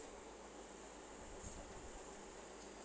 okay